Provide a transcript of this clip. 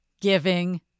Giving